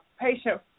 patient